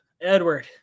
edward